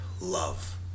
love